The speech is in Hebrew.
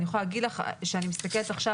אני יכולה להגיד לך שאני מסתכלת עכשיו